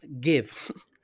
give